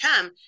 come